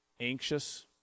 anxious